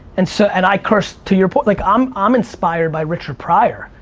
and so and i cursed, to your point like i'm um inspired by richard pryor.